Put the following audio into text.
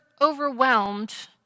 overwhelmed